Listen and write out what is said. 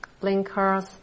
blinkers